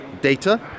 Data